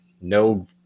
no